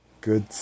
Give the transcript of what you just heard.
good